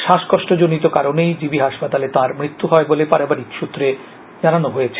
শ্বাসকষ্ট জনিত কারণেই জিবি হাসপাতালে তার মৃত্যু হয় বলে পারিবারিক সূত্রে জানানো হয়েছে